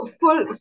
full